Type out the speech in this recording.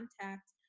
contact